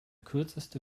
kürzeste